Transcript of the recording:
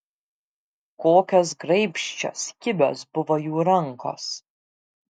kokios graibščios kibios buvo jų rankos